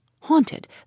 haunted